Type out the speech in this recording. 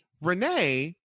Renee